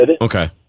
Okay